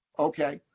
ok?